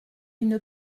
une